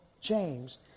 James